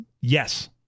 yes